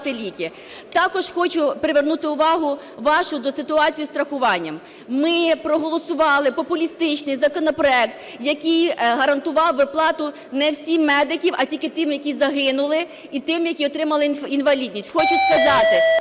Також хочу привернути увагу вашу до ситуації зі страхуванням. Ми проголосували популістичний законопроект, який гарантував виплату не всім медикам, а тільки тим, які загинули, і тим, які отримали інвалідність. Хочу сказати,